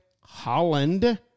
Holland